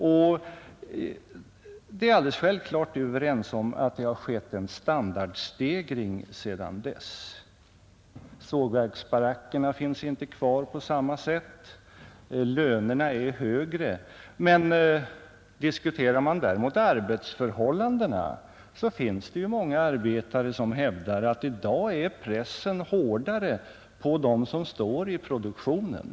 Det är alldeles självklart — det är vi överens om — att det har skett en standardstegring sedan dess. Sågverksbarackerna finns inte kvar på samma sätt, och lönerna är högre. Diskuterar man däremot arbetsförhållandena, så finns det många arbetare som hävdar att i dag är pressen hårdare på dem som står i produktionen.